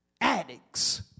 Addicts